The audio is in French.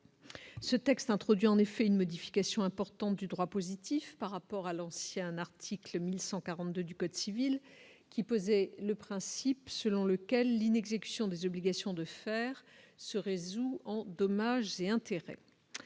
Ce texte introduit en effet une modification importante du droit positif par rapport à l'ancien article 1142 du code civil qui posait le principe selon lequel l'inexécution des obligations de faire se résout en dommages et intérêts,